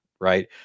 right